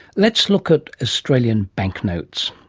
let's look at australian banknotes.